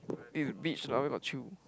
this is beach lah where got chill